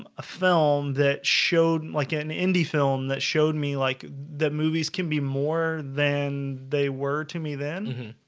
um a film that showed like an indie film that showed me like that movies can be more than they were to me then.